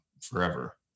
forever